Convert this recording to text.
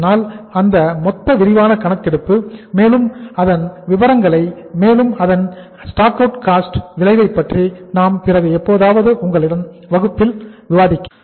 அதனால் அந்த மொத்த விரிவான கணக்கெடுப்பு மேலும் அதன் அதன் விபரங்களை மேலும் அதன் விளைவே காஸ்ட் என்பதை பற்றி நான் பிறகு எப்போதாவது உங்களுடன் வகுப்பறையில் விவாதிக்கிறேன்